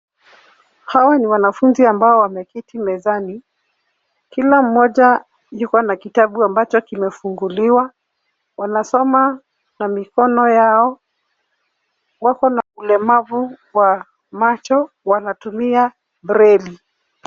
Hawa ni wanafunzi ambao wameketi mezani. Kila mmoja yuko na kitabu ambacho kimefunguliwa. Wanasoma na mikono yao. Wako na ulemavu wa macho. Wanatumia braille .